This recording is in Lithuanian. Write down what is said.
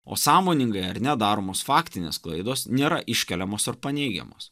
o sąmoningai ar ne daromos faktinės klaidos nėra iškeliamos ar paneigiamos